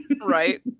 Right